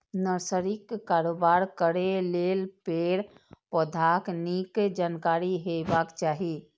नर्सरीक कारोबार करै लेल पेड़, पौधाक नीक जानकारी हेबाक चाही